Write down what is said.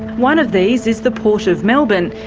one of these is the port of melbourne.